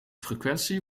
frequentie